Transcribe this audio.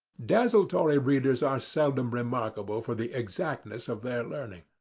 desultory readers are seldom remarkable for the exactness of their learning.